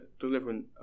delivering